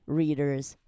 readers